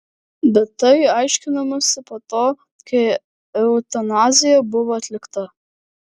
bet tai aiškinamasi po to kai eutanazija buvo atlikta